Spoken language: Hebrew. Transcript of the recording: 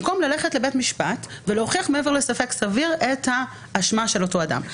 במקום ללכת לבית המשפט ולהוכיח מעבר לספק סביר את האשמה של אותו אדם.